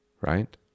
right